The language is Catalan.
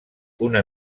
una